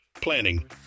planning